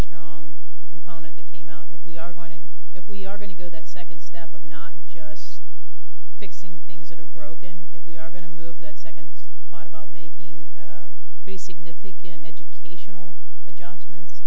strong component that came out if we are going if we are going to go that second step of not just fixing things that are broken if we are going to move that second spot about making pretty significant educational adjustments